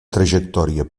trajectòria